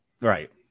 Right